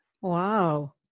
Wow